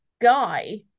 guy